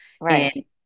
Right